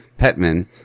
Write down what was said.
Petman